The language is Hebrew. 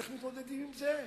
איך מתמודדים עם זה?